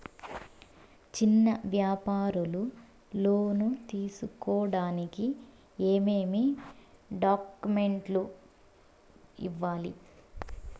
చిన్న వ్యాపారులు లోను తీసుకోడానికి ఏమేమి డాక్యుమెంట్లు ఇవ్వాలి?